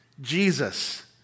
Jesus